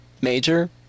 major